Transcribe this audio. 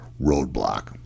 roadblock